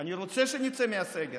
אני רוצה שנצא מהסגר,